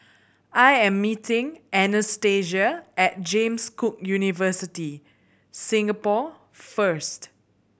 I am meeting Anastacia at James Cook University Singapore first